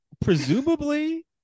presumably